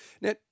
Now